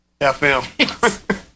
FM